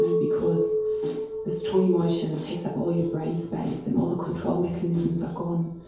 because the strong emotion takes up all your brain space and all the control mechanisms are gone.